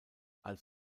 als